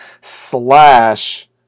slash